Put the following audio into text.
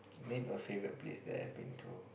name a favourite place that I have been to